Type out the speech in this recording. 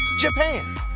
Japan